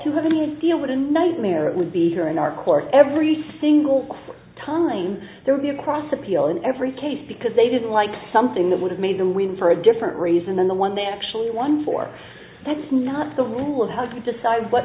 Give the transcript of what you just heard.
to have any idea what a nightmare it would be here in our court every single time there would be a cross appeal in every case because they didn't like something that would have made them win for a different reason than the one they actually won for that's not the rule of how to decide what